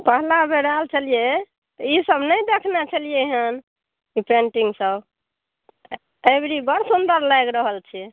पुछलियै ई सभ नहि देखने छलियै पेंटिंग सभ एहिबेर बड़ सुन्दर लागि रहल छी